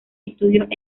estudios